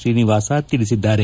ಶ್ರೀನಿವಾಸ ತಿಳಿಸಿದ್ದಾರೆ